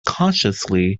cautiously